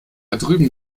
drüben